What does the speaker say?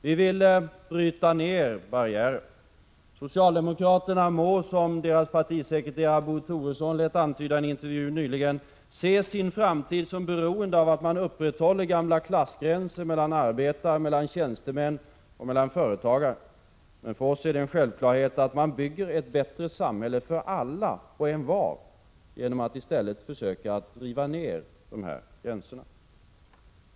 Vi vill bryta ner barriärer. Socialdemokraterna må, som deras partisekreterare Bo Toresson lät antyda i en intervju nyligen, se sin framtid som beroende av att man upprätthåller gamla klassgränser mellan arbetare, tjänstemän och företagare. Men för oss är det en självklarhet, att man bygger ett bättre samhälle för alla och envar genom att i stället försöka att riva ner dessa gränser.